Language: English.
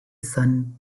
son